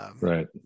right